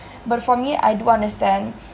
but for me I do understand